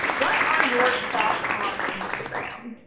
what are your thoughts on instagram?